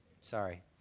Sorry